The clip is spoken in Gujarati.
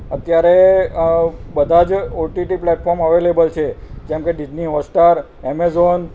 અત્યારે બધાં જ ઓટીટી પ્લેટફોર્મ અવેલેબલ છે જેમ કે ડિઝની હોસ્ટાર એમેઝોન